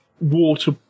water